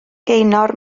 gaynor